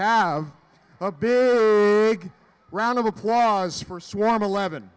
have a big round of applause for swan eleven